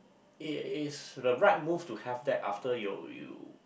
it is the right move to have that after you you